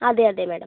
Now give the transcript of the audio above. അതെ അതെ മേഡം